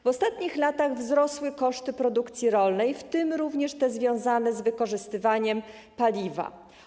W ostatnich latach wzrosły koszty produkcji rolnej, w tym również te związane z wykorzystywaniem paliwa.